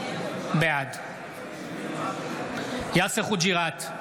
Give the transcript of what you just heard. בעד יאסר חוג'יראת,